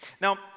Now